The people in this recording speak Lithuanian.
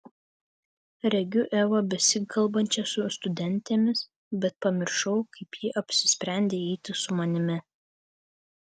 regiu evą besikalbančią su studentėmis bet pamiršau kaip ji apsisprendė eiti su manimi